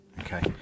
Okay